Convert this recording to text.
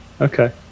Okay